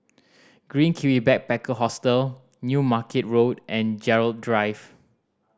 Green Kiwi Backpacker Hostel New Market Road and Gerald Drive